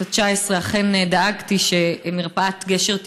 התשע עשרה אכן דאגתי שמרפאת גשר תיפתח,